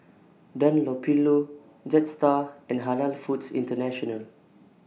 Dunlopillo Jetstar and Halal Foods International